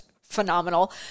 phenomenal